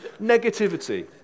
Negativity